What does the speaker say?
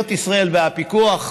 שמשטרת ישראל והפיקוח,